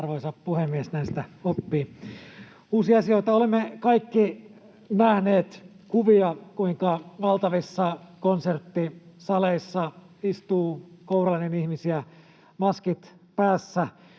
Arvoisa puhemies! Näin sitä oppii uusia asioita. Olemme kaikki nähneet kuvia, kuinka valtavissa konserttisaleissa istuu kourallinen ihmisiä maski päässä